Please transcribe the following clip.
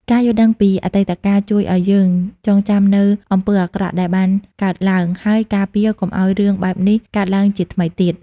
ការយល់ដឹងពីអតីតកាលជួយឲ្យយើងចងចាំនូវអំពើអាក្រក់ដែលបានកើតឡើង ហើយការពារកុំឲ្យរឿងបែបនេះកើតឡើងជាថ្មីទៀត។